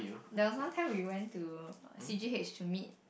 there was one time we went to C_G_H to meet